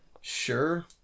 Sure